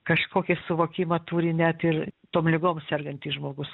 kažkokį suvokimą turi net ir tom ligom sergantis žmogus